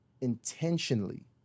intentionally